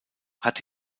hat